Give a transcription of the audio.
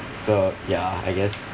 so ya I guess